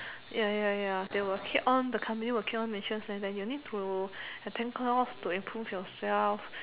ya ya ya they will keep on the company will keep on mention saying that you need to attend class to improve yourself